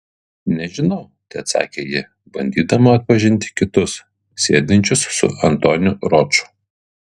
nežinau teatsakė ji bandydama atpažinti kitus sėdinčius su antoniu roču